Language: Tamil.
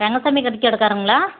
ரங்கசாமி கறிக்கடைக்காரங்களா